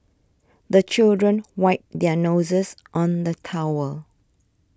the children wipe their noses on the towel